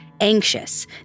anxious